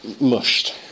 mushed